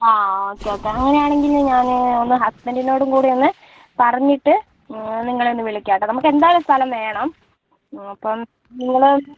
ആ ഓക്കെ ഒക്കെ അങ്ങനെയാണെങ്കിൽ ഞാൻ ഒന്ന് ഹസ്ബൻഡിനോടും കൂടിയൊന്നു പറഞ്ഞിട്ട് നിങ്ങളെയൊന്നു വിളിക്കാംട്ടോ നമുക്കെന്തായാലും സ്ഥലം വേണം അപ്പം നിങ്ങളെ